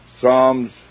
Psalms